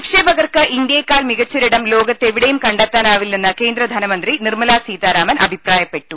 നിക്ഷേപകർക്ക് ഇന്ത്യയേക്കാൾ മികച്ച ഒരിടം ലോകത്ത് എവി ടെയും കണ്ടെത്താനാവില്ലെന്ന് കേന്ദ്രധനമന്ത്രി നിർമ്മലാസീതാ രാമൻ അഭിപ്രായപ്പെട്ടു